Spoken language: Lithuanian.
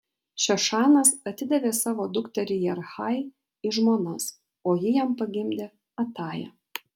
šešanas atidavė savo dukterį jarhai į žmonas o ji jam pagimdė atają